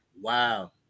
Wow